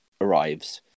arrives